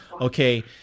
okay